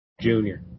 Junior